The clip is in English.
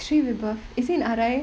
shrivibav is he in R_I